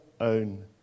own